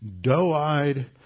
doe-eyed